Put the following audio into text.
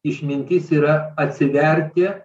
išmintis yra atsiverti